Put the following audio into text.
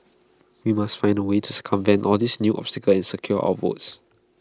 we must find A way to circumvent all these new obstacles and secure our votes